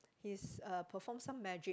he's uh perform some magic